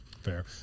fair